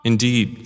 Indeed